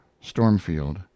stormfield